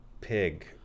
pig